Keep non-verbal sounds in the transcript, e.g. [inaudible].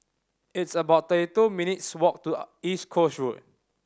it's about thirty two minutes' walk to [hesitation] East Coast Road